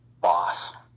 boss